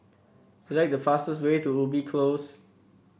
select the fastest way to Ubi Close